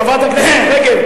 חברת הכנסת רגב,